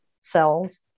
cells